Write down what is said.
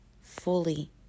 Fully